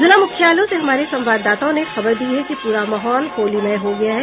जिला मुख्यालयों से हमारे संवाददाताओं ने खबर दी है कि पूरा माहौल होलीमय हो गया है